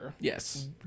Yes